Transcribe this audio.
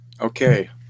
Okay